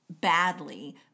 badly